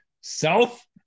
Self